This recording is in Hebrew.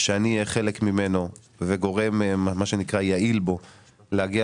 שאני אהיה חלק ממנו וגורם יעיל בו כדי להגיע